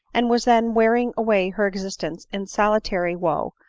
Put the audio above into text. and was then wearing away her existence in sol itary wo,